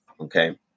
Okay